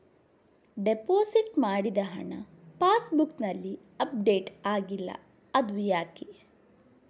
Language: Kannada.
ಡೆಪೋಸಿಟ್ ಮಾಡಿದ ಹಣ ಪಾಸ್ ಬುಕ್ನಲ್ಲಿ ಅಪ್ಡೇಟ್ ಆಗಿಲ್ಲ ಅದು ಯಾಕೆ?